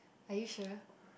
are you sure